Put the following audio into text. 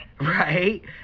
Right